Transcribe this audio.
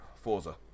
Forza